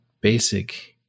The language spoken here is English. basic